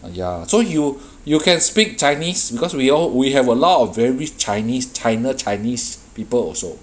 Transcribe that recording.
ah ya so you you can speak chinese because we all we have a lot of very chinese china chinese people also